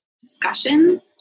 discussions